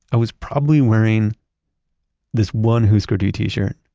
i was probably wearing this one husker du t-shirt.